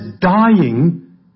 dying